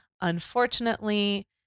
Unfortunately